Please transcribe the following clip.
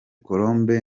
colombe